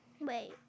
Wait